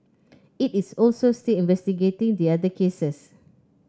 it is also still investigating the other cases